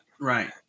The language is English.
Right